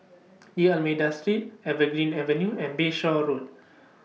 D'almeida Street Evergreen Avenue and Bayshore Road